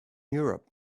europe